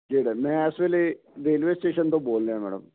ਜਿਹੜਾ ਮੈਂ ਇਸ ਵੇਲੇ ਰੇਲਵੇ ਸਟੇਸ਼ਨ ਤੋਂ ਬੋਲ ਰਿਹਾ ਮੈਡਮ